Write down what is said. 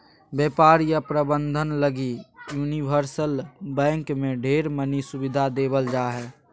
व्यापार या प्रबन्धन लगी यूनिवर्सल बैंक मे ढेर मनी सुविधा देवल जा हय